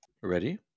Ready